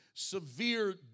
Severe